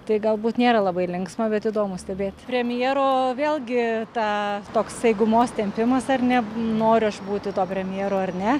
tai galbūt nėra labai linksma bet įdomu stebėt premjero vėlgi tą toksai gumos tempimas ar ne noriu aš būti tuo premjeru ar ne